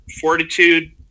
Fortitude